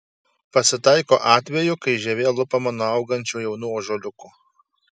pasitaiko atvejų kai žievė lupama nuo augančių jaunų ąžuoliukų